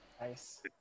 Nice